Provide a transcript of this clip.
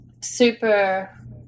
super